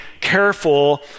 careful